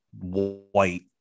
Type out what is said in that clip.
white